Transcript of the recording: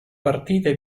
partite